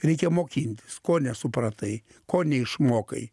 reikia mokintis ko nesupratai ko neišmokai